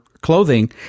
clothing